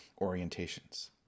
orientations